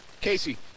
casey